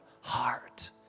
heart